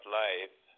life